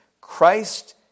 Christ